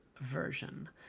version